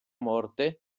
morte